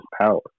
power